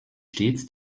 stets